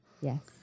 Yes